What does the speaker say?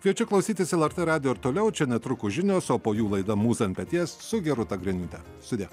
kviečiu klausytis lrt radijo ir toliau čia netrukus žinios o po jų laida mūza ant peties su gerūta griniūte sudie